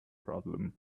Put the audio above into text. problem